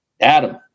Adam